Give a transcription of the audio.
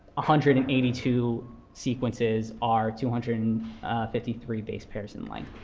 ah hundred and eighty two sequences are two hundred and fifty three base pairs in length.